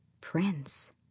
Prince